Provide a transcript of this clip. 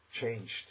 changed